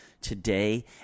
today